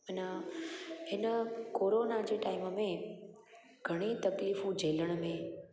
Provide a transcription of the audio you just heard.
अन हिन कोरोना जे टाइम में घणी तकलीफ़ूं झेलण में